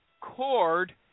Cord